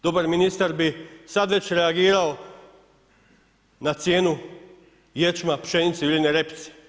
Dobar ministar bi sad već reagirao na cijenu ječma, pšenice i uljane repice.